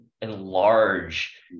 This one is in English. enlarge